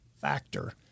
factor